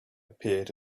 appeared